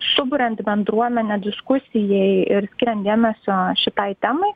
suburiant bendruomenę diskusijai ir skiriant dėmesio šitai temai